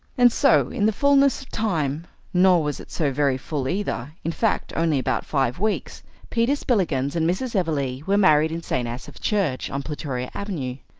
and so in the fulness time nor was it so very full either, in fact, only about five weeks peter spillikins and mrs. everleigh were married in st. asaph's church on plutoria avenue.